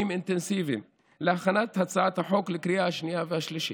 אינטנסיביים להכנת הצעת החוק לקריאה השנייה והשלישית.